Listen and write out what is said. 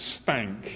stank